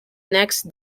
next